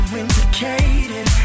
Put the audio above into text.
indicated